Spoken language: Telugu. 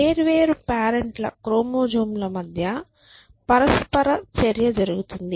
వేర్వేరు పేరెంట్ల క్రోమోజోమ్ల మధ్య పరస్పర చర్య జరుగుతుంది